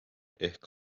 ehk